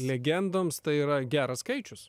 legendoms tai yra geras skaičius